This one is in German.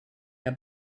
der